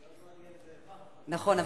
עוד מעט, נכון.